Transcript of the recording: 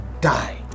die